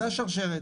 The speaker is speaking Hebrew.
זאת השרשרת.